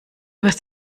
wirst